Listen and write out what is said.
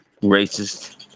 Racist